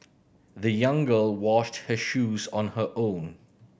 the young girl washed her shoes on her own